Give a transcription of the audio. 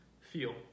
feel